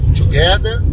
together